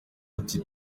ati